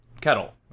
kettle